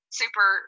super